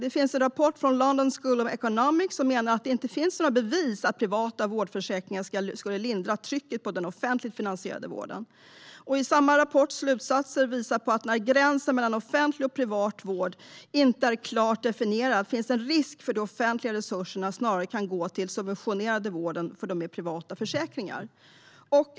En rapport från London School of Economics menar att det inte finns några bevis för att privata vårdförsäkringar skulle lindra trycket på den offentligt finansierade vården. Samma rapports slutsatser visar på att när gränsen mellan offentlig och privat vård inte är klart definierad finns det en risk för att de offentliga resurserna snarare kan gå till att subventionera vården för dem med privata försäkringar.